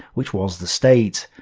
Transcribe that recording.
which was the state.